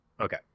okay